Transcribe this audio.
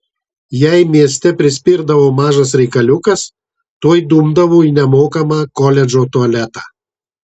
jei mieste prispirdavo mažas reikaliukas tuoj dumdavo į nemokamą koledžo tualetą